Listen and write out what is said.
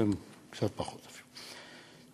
בעצם קצת פחות אפילו,